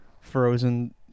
frozen